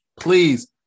please